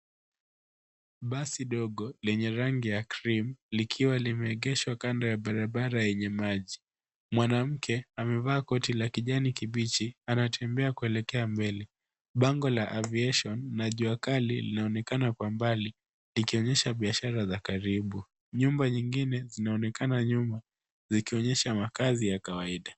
Basi dogo lenye rangi ya cream likiwa limeegeshwa kando ya barabara yenye maji. Mwanamke amevaa koti la kijani anatembea kuelekea mbele .Bango la aviation na jua kali linaonekana kwa mbali likionyesha biashara za kawaida. nyumba zingine zinaonekana nyuma zikionyesha makazi ya kawaida.